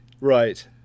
Right